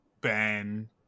Ben